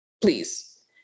please